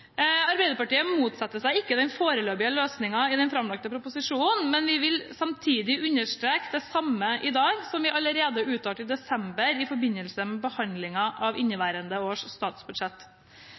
Arbeiderpartiet motsetter seg ikke den foreløpige løsningen i den framlagte proposisjon, men vi vil samtidig understreke det samme i dag som vi uttalte allerede i desember i forbindelse med behandlingen av inneværende års statsbudsjett.